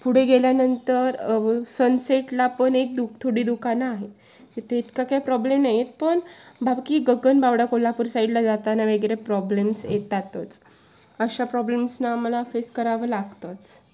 पुढे गेल्यानंतर सनसेटला पण एक दु थोडी दुकानं आहेत तिथे इतका काही प्रॉब्लेम नाही येत पण बाकी गगनबावडा कोल्हापूर साईडला जाताना वगैरे प्रॉब्लेम्स येतातच अशा प्रॉब्लेम्सना आम्हाला फेस करावं लागतंच